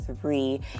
three